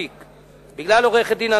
בגלל עורכת-דין שגית אפיק,